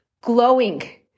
glowing